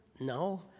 no